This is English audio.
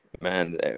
Man